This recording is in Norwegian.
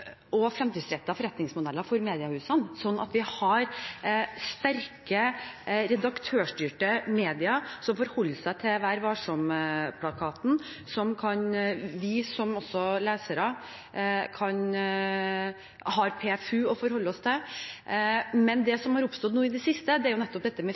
og fremtidsrettede forretningsmodeller for mediehusene, at vi har sterke, redaktørstyrte medier som forholder seg til Vær Varsom-plakaten, og at vi som lesere har PFU å forholde oss til. Men det som har oppstått i det siste, er nettopp